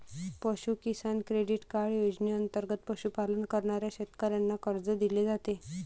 पशु किसान credit card योजनेंतर्गत पशुपालन करणाऱ्या शेतकऱ्यांना कर्ज दिले जाते